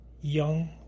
young